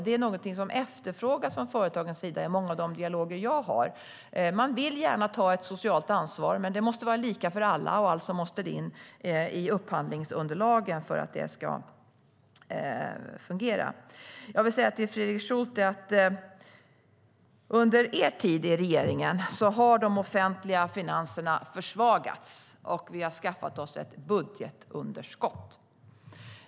Det är något som efterfrågas av företagen i många av de dialoger jag har. De vill gärna ta ett socialt ansvar. Det måste dock vara lika för alla, och därför måste det in i upphandlingsunderlagen för att fungera. Under er tid i regeringen, Fredrik Schulte, försvagades de offentliga finanserna, och Sverige skaffade sig ett budgetunderskott.